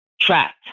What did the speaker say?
trapped